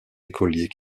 écoliers